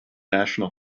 national